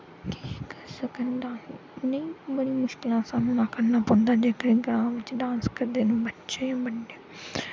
किश करी सकन डांस बड़ी मुश्कलें दा सामना करना पौंदा ऐ जेह्के ग्रां बिच्च डांस करदे न बच्चे बड्डे